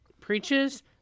preaches